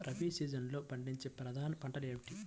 రబీ సీజన్లో పండించే ప్రధాన పంటలు ఏమిటీ?